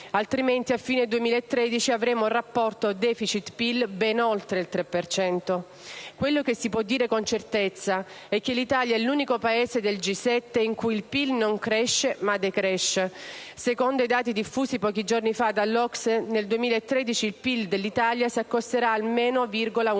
altrimenti a fine 2013 avremo un rapporto *deficit*-PIL ben oltre il 3 per cento. Quello che si può dire con certezza è che l'Italia è l'unico Paese del G7 in cui il PIL non cresce, ma decresce. Secondo i dati diffusi pochi giorni fa dall'OCSE nel 2013 il PIL dell'Italia si attesterà a -1,8 per cento. Citando